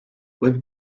when